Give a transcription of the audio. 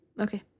okay